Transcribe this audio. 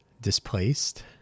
displaced